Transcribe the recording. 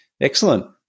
Excellent